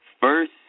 First